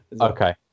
Okay